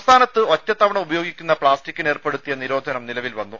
സംസ്ഥാനത്ത് ഒറ്റത്തവണ ഉപയോഗിക്കുന്ന പ്ലാസ്റ്റിക്കിന് ഏർപ്പെടുത്തിയ നിരോധനം നിലവിൽ വന്നു